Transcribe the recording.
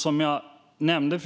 Som jag nämnde